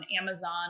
Amazon